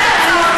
יש אצלנו הרבה,